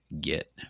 get